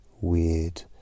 weird